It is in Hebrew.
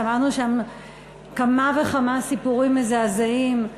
שמענו שם כמה וכמה סיפורים מזעזעים,